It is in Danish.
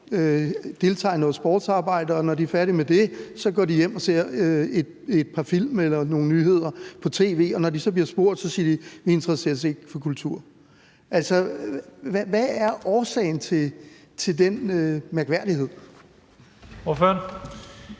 hvad er årsagen til den mærkværdighed?